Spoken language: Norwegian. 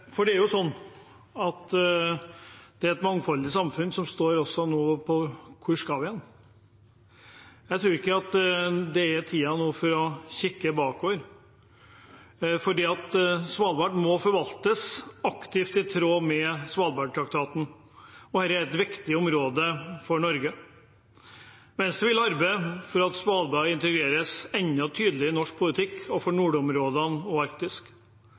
Det er et mangfoldig samfunn som man nå står overfor: Hvor skal vi hen? Jeg tror ikke det nå er tiden for å kikke bakover, for Svalbard må forvaltes aktivt, i tråd med Svalbardtraktaten. Dette er et viktig område for Norge. Venstre vil arbeide for at Svalbard integreres enda tydeligere i norsk politikk overfor nordområdene og